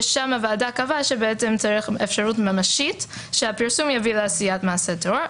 שם הוועדה קבעה שצריך אפשרות ממשית שהפרסום יביא לעשיית מעשה טרור.